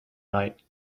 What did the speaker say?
night